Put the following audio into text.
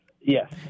Yes